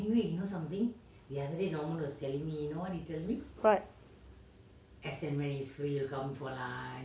what